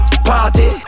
Party